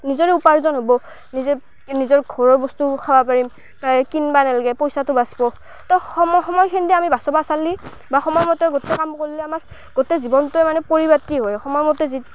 নিজৰেই উপাৰ্জন হ'ব নিজে নিজৰ ঘৰৰ বস্তু খাব পাৰিম কাই কিনিব নালাগে পইচাটো বাচিব তৌ সময় সময়খিনিতে আমি বচাব চালে বা সময়মতে গোটেই কাম কৰিলে আমাৰ গোটেই জীৱনটোৱে মানে পৰিপাটি হয় সময়মতে যি